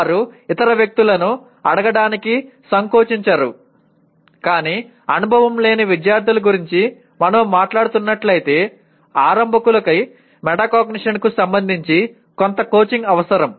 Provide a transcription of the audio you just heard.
వారు ఇతర వ్యక్తులను అడగనికి సంకోచించరు కానీ అనుభవం లేని విద్యార్థుల గురించి మనము మాట్లాడుతున్నట్లైతే ఆరంభకులకి మెటాకాగ్నిషన్కు సంబంధించి కొంత కోచింగ్ అవసరం